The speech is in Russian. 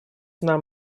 нам